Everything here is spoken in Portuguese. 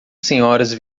senhoras